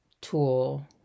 tool